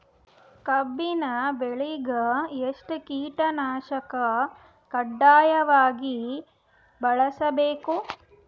ಕಬ್ಬಿನ್ ಬೆಳಿಗ ಎಷ್ಟ ಕೀಟನಾಶಕ ಕಡ್ಡಾಯವಾಗಿ ಬಳಸಬೇಕು?